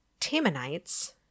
Tamanites